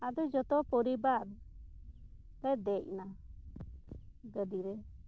ᱟᱫᱚ ᱡᱚᱛᱚ ᱯᱚᱨᱤᱵᱟᱨ ᱞᱮ ᱫᱮᱡ ᱱᱟ ᱜᱟᱰᱤᱨᱮ